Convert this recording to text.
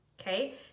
okay